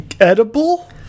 edible